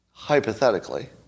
hypothetically